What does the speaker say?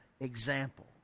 example